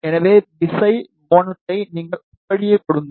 எனவே திசை கோணத்தை நீங்கள் அப்படியே கொடுங்கள்